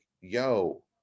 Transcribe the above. yo